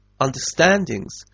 understandings